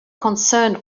concerned